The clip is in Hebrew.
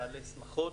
בעלי שמחות,